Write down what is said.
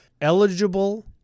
eligible